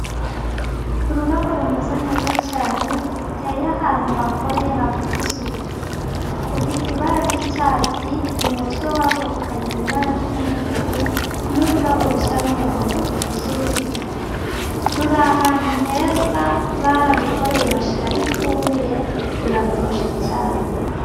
Ururabo rumeze neza cyane, ruteye ahantu hakoreye hafite isuku rufite ibara ry'icyatsi, mu mutwe warwo rukagira ibara ry'umutuku, ni ururabo rusa n'umuhondo rukoze uruziga, ruri ahantu heza bararukoreye bashyiraho ifumbire ruratoshye cyane.